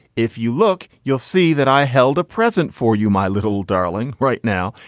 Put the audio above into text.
if you look, you'll see that i held a present for you, my little darling, right now.